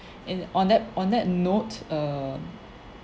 and on that on that note err